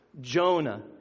Jonah